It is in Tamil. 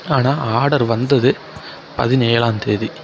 ஆனால் ஆர்டர் வந்தது பதினேழாந்தேதி